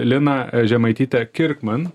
liną žemaitytę kirkman